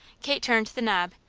kate turned the knob,